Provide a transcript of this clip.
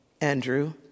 Andrew